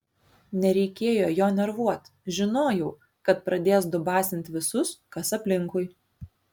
nereikėjo jo nervuot žinojau kad pradės dubasint visus kas aplinkui